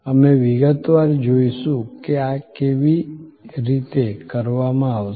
અમે વિગતવાર જોઈશું કે આ કેવી રીતે કરવામાં આવશે